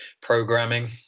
programming